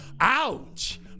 ouch